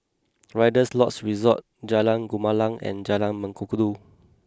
Rider's Lodge Resort Jalan Gumilang and Jalan Mengkudu